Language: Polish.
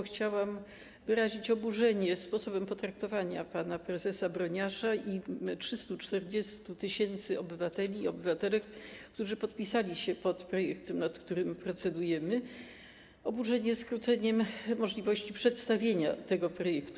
Chciałam wyrazić oburzenie sposobem potraktowania pana prezesa Broniarza i 340 tys. obywateli i obywatelek, którzy podpisali się pod projektem, nad którym procedujemy, oburzenie z powodu skrócenia możliwości przedstawienia tego projektu.